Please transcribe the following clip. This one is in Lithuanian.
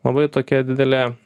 labai tokia didelė